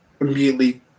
immediately